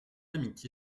amitié